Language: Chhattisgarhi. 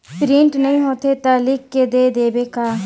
प्रिंट नइ होथे ता लिख के दे देबे का?